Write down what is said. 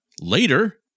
Later